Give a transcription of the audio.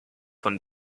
von